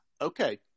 Okay